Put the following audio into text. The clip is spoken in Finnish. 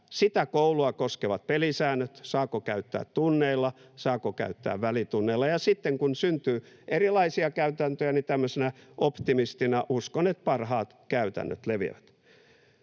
sitä koulua koskevat pelisäännöt, saako käyttää tunneilla, saako käyttää välitunneilla, ja sitten kun syntyy erilaisia käytäntöjä, niin tämmöisenä optimistina uskon, että parhaat käytännöt leviävät.